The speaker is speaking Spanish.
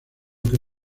que